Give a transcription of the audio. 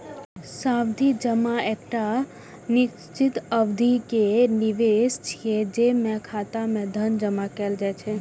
सावधि जमा एकटा निश्चित अवधि के निवेश छियै, जेमे खाता मे धन जमा कैल जाइ छै